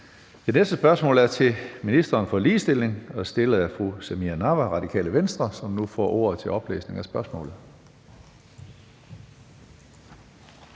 Det næste spørgsmål er til ministeren for ligestilling og er stillet af fru Samira Nawa, Radikale Venstre, som nu får ordet til oplæsning af spørgsmålet.